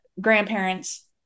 grandparents